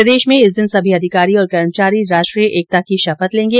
प्रदेश में इस दिन सभी अधिकारी और कर्मचारी राष्ट्रीय एकता की शपथ लेगें